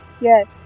Yes